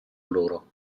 loro